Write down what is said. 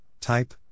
type